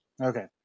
Okay